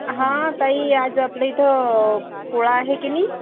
हा ताई आज आपल्या इथं पोळा आहे की नाही